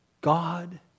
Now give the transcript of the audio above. God